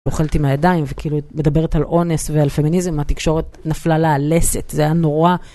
אוכלת עם הידיים וכאילו מדברת על אונס ועל פמיניזם, התקשורת נפלה לה הלסת, זה היה נורא.